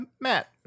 Matt